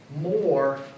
More